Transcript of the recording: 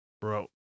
Bro